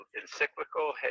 encyclical